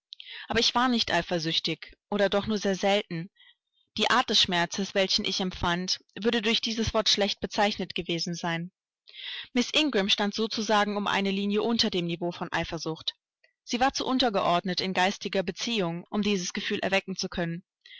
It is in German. aber ich war nicht eifersüchtig oder doch nur sehr selten die art des schmerzes welchen ich empfand würde durch dieses wort schlecht bezeichnet gewesen sein miß ingram stand sozusagen um eine linie unter dem niveau der eifersucht sie war zu untergeordnet in geistiger beziehung um dies gefühl erwecken zu können